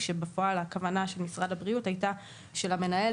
כשבפועל הכוונה של משרד הבריאות הייתה שלמנהל